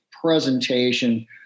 presentation